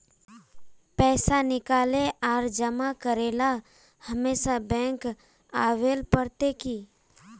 पैसा निकाले आर जमा करेला हमेशा बैंक आबेल पड़ते की?